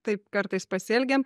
taip kartais pasielgiam